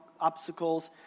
obstacles